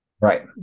Right